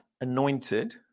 anointed